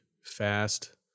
fast